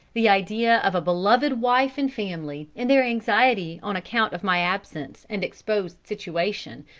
the idea of a beloved wife and family, and their anxiety on account of my absence and exposed situation,